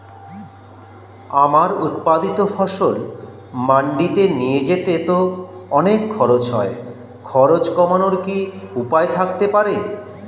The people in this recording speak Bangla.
আমার উৎপাদিত ফসল মান্ডিতে নিয়ে যেতে তো অনেক খরচ হয় খরচ কমানোর কি উপায় থাকতে পারে?